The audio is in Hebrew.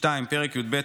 פרק י"ב,